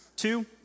Two